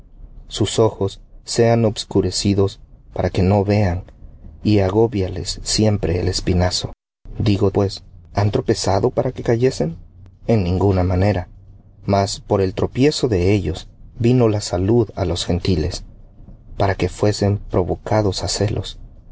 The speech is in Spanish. sus ojos sean obscurecidos para que no vean y agóbiales siempre el espinazo digo pues han tropezado para que cayesen en ninguna manera mas por el tropiezo de ellos la salud á los gentiles para que fuesen provocados